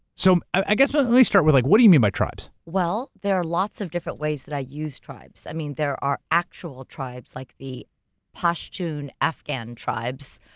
so i guess, but let me start with like what do you mean by tribes? well, there are lots of different ways that i use tribes. i mean, there are actual tribes like the pashtun afghan tribes.